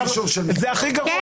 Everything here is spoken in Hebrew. זה הכי גרוע.